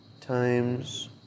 times